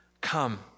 come